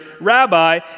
rabbi